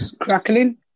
crackling